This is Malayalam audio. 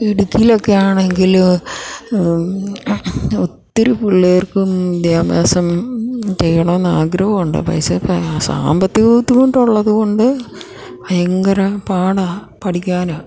ഇടുക്കിയിലൊക്കെയാണെങ്കില് ഒത്തിരി പിള്ളേർക്കും വിദ്യാഭ്യാസം ചെയ്യണമെന്നാഗ്രഹമുണ്ട് പൈസ സാമ്പത്തിക ബുദ്ധിമുട്ടുള്ളതുകൊണ്ട് ഭയങ്കരം പാടാണ് പഠിക്കാന്